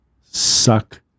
suck